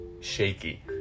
shaky